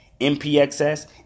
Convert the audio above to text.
MPXS